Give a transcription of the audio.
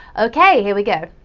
okay, here we go!